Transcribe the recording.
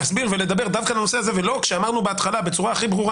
להסביר ולדבר דווקא בנושא הזה ולא כשאמרנו בצורה ברורה